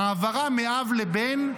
ההעברה מאב לבן,